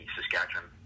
Saskatchewan